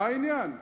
מה העניין?